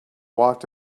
walked